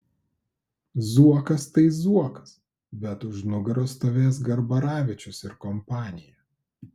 zuokas tai zuokas bet už nugaros stovės garbaravičius ir kompanija